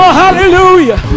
hallelujah